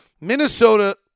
Minnesota